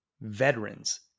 veterans